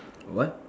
what